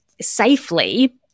safely